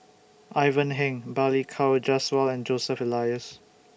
Ivan Heng Balli Kaur Jaswal and Joseph Elias